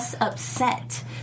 Upset